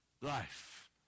life